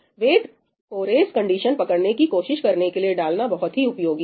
wait को race condition पकड़ने की कोशिश करने के लिए डालना बहुत ही उपयोगी है